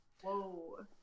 Whoa